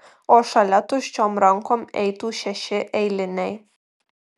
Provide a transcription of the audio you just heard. o šalia tuščiom rankom eitų šeši eiliniai